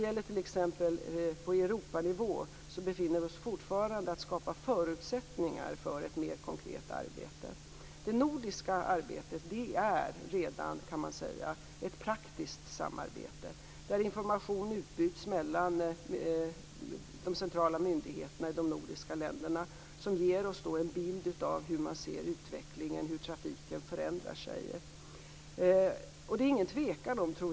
På t.ex. Europanivå befinner vi oss fortfarande kvar vid att skapa förutsättningar för ett mer konkret arbete. Det nordiska arbetet kan sägas redan vara ett praktiskt samarbete, där information utbyts mellan de centrala myndigheterna i de nordiska länderna, vilket ger oss en bild av hur trafiken förändrar sig.